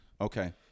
okay